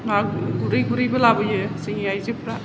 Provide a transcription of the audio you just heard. ना गुरै गुरैबो लाबोयो जोंनि आइजोफ्रा